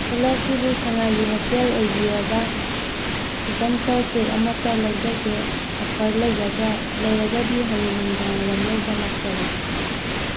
hello ꯁꯤꯕꯨ ꯁꯉꯥꯏꯒꯤ hotel ꯑꯣꯏꯕꯤꯔꯕꯥ ꯆꯤꯛꯀꯟ ꯆꯧ ꯄꯦꯛ ꯑꯃꯠꯇ ꯂꯧꯖꯒꯦ ꯑꯣꯐꯔ ꯂꯩꯒꯗ꯭ꯔꯥ ꯂꯩꯔꯒꯗꯤ ꯍꯣꯔꯦꯟ ꯅꯨꯃꯤꯗꯥꯡꯋꯥꯏꯔꯝ ꯂꯧꯕ ꯂꯥꯛꯆꯔꯒꯦ